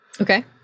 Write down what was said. Okay